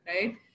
right